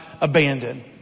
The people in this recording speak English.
abandoned